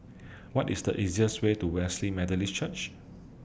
What IS The easiest Way to Wesley Methodist Church